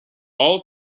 all